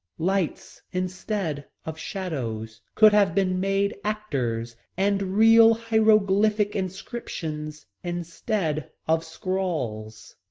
lights instead of shadows could have been made actors and real hieroglyphic inscriptions instead of scrawls.